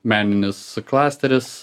meninis klasteris